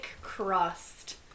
crust